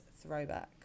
throwback